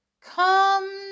Come